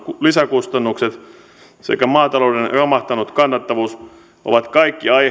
aiheuttamat lisäkustannukset sekä maatalouden romahtanut kannattavuus ovat kaikki aiheita